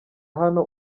hano